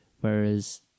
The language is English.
whereas